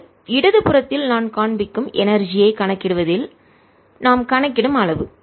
இது இடதுபுறத்தில் நான் காண்பிக்கும் எனர்ஜி ஐ ஆற்றலைக் கணக்கிடுவதில் நான் கணக்கிடும் அளவு